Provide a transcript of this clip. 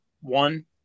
one